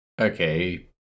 Okay